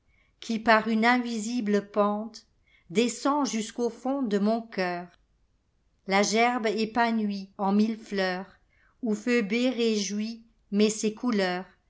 qui par une invisible pentedescend jusqu'au fond de mon cœur la gerbe épanouie en mille fleurs où phœbé réjouie met ses couleurs